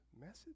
message